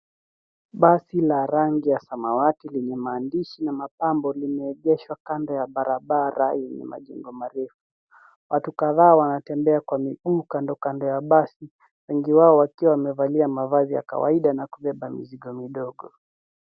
Basi la rangi ya samawati lenye maandishi na mapambo limeegeshwa kando ya barabara yenye majengo marefu. Watu kadhaa wanatembea kwa miguu kando kando ya basi. Wengi wako wakiwa wamevalia mavazi ya kawaida na kubeba mizigo midogo.